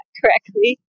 correctly